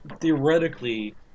theoretically